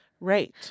Right